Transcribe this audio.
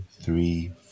three